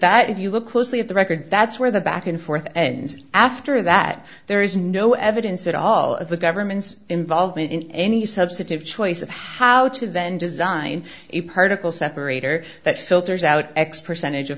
that if you look closely at the record that's where the back and forth ends after that there is no evidence at all of the government's involvement in any substantive choice of how to then design a particle separator that filters out x percentage of